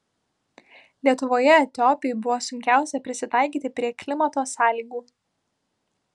lietuvoje etiopei buvo sunkiausia prisitaikyti prie klimato sąlygų